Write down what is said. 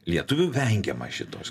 lietuvių vengiama šitos